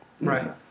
right